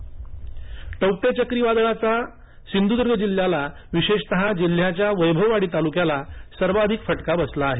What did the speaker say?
वादळाचा फटका टौक्टै चक्रीवादळाचा सिंधुर्द्ग जिल्ह्याला विशेषतः या जिल्ह्याच्या वैभववाडी तालुक्याला सर्वाधिक फटका बसला आहे